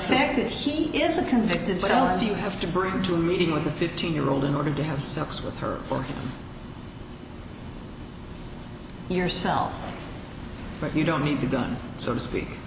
fact that he is a convicted felon do you have to be to meeting with a fifteen year old in order to have sex with her or yourself but you don't need to done so to speak